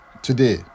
today